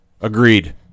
Agreed